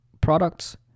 products